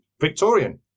Victorian